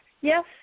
Yes